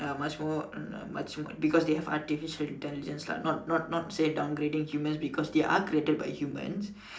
uh much more much more because they have artificial intelligence lah not not not say downgrading humans because they are created by humans